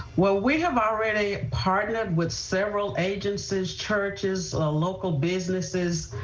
well, we have already partnered with several agencies, churches, local businesses,